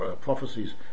prophecies